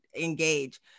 engage